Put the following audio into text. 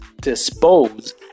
dispose